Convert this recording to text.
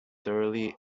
thoroughly